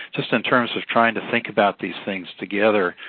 just in terms of trying to think about these things together,